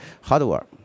hardware